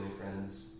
friends